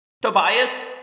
Tobias